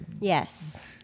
Yes